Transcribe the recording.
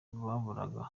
baburaga